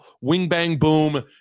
wing-bang-boom